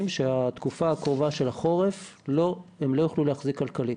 שבתקופה הקרובה של החורף הם לא יוכלו להחזיק כלכלית.